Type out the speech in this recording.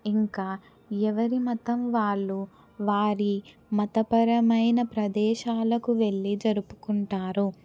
ఇంకా ఎవరి మతం వాళ్ళు వారి మతపరమైన ప్రదేశాలకు వెళ్ళి జరుపుకుంటారు